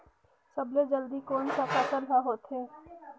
सबले जल्दी कोन सा फसल ह होथे?